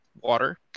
water